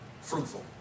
fruitful